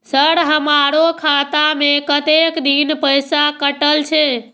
Sir हमारो खाता में कतेक दिन पैसा कटल छे?